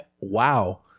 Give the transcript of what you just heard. Wow